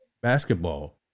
basketball